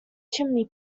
chimney